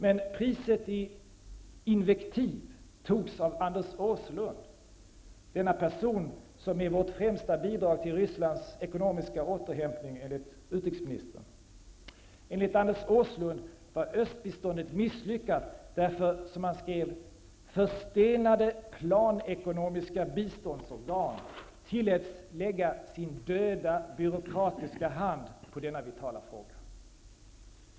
Men priset i invektiv togs av Anders Åslund, som är vårt främsta bidrag till Rysslands ekonomiska återhämtning enligt utrikesministern. Enligt Anders Åslund var östbiståndet misslyckat därför att, som han skrev, ''förstelnade planekonomiska biståndsorgan tilläts lägga sin döda byråkratiska hand på denna vitala fråga''.